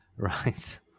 Right